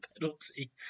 penalty